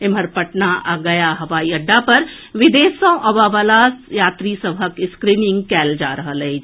एम्हर पटना आ गया हवाई अड्डा पर विदेश सँ अबयवला यात्री सभक स्क्रिनिंग कयल जा रहल अछि